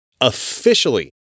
officially